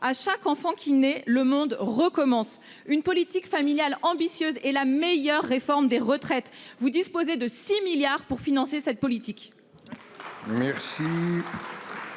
à chaque enfant qui naît le monde recommence une politique familiale ambitieuse et la meilleure réforme des retraites. Vous disposez de 6 milliards pour financer cette politique.